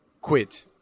quit